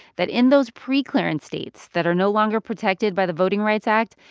that in those preclearance states that are no longer protected by the voting rights act,